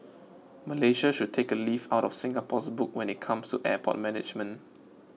Malaysia should take a leaf out of Singapore's book when it comes to airport management